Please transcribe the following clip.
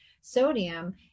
sodium